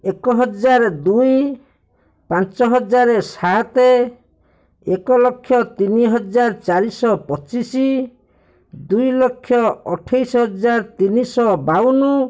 ଏକ ହଜାର ଦୁଇ ପାଞ୍ଚ ହଜାର ସାତ ଏକ ଲକ୍ଷ ତିନି ହଜାର ଚାରିଶହ ପଚିଶ ଦୁଇ ଲକ୍ଷ ଅଠେଇଶ ହଜାର ତିନିଶହ ବାଉନ